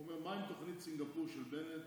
הוא אומר: מה עם תוכנית סינגפור של בנט,